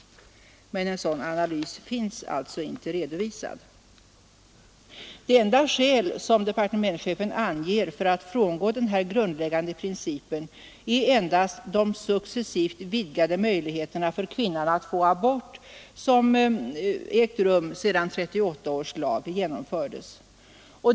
Men en sådan analys finns alltså inte redovisad. Det enda skäl som departementschefen anger för att frångå den här grundläggande principen är de sedan 1938 års lag genomfördes successivt vidgade möjligheterna för kvinnan att få abort.